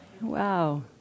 wow